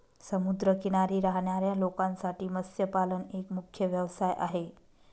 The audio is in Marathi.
समुद्र किनारी राहणाऱ्या लोकांसाठी मत्स्यपालन एक मुख्य व्यवसाय आहे